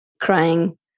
crying